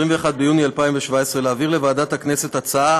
21 ביוני 2017, להעביר לוועדת הכנסת הצעה